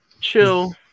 Chill